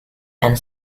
and